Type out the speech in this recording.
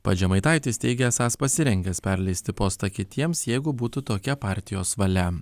pats žemaitaitis teigia esąs pasirengęs perleisti postą kitiems jeigu būtų tokia partijos valia